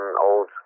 old